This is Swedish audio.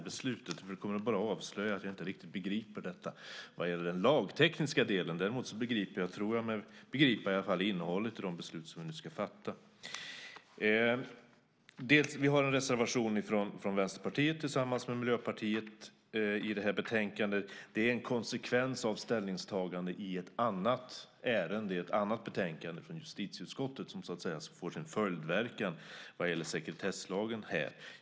Det kommer bara att avslöja att jag inte riktigt begriper detta vad gäller den lagtekniska delen. Däremot tror jag mig begripa innehållet i de beslut vi nu ska fatta. Vi har en reservation från Vänsterpartiet tillsammans med Miljöpartiet i det här betänkandet. Det är en konsekvens av ett ställningstagande i ett annat ärende i ett annat betänkande, från justitieutskottet, som så att säga får sin följdverkan vad gäller sekretesslagen här.